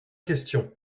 questions